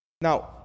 Now